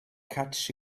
catch